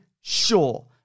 sure